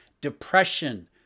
depression